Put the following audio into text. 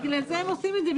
בגלל זה הם עושים את זה,